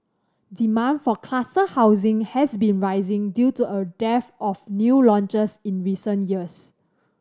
demand for cluster housing has been rising due to a dearth of new launches in recent years